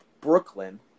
Brooklyn